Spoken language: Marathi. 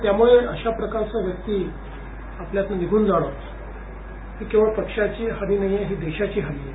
त्यामुळे अशा प्रकारची व्यक्ती आपल्यातून निघून जाणे ही केवळ पक्षाची हानी नाही ही देशाची हानी आहे